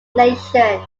nation